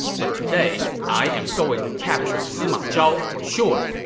but today, i am going to capture sima zhao for sure.